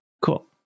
Cool